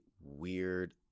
weird